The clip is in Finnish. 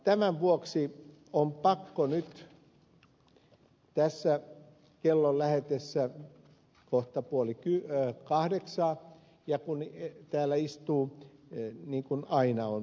tämän vuoksi ja kellon lähetessä kohta puoli kahdeksaa ja kun täällä istuvat paikalla niin kuin aina ed